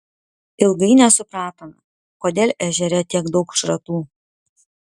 ilgai nesupratome kodėl ežere tiek daug šratų